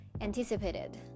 anticipated